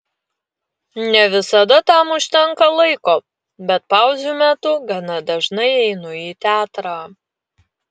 ne visada tam užtenka laiko bet pauzių metu gana dažnai einu į teatrą